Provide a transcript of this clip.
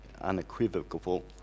unequivocal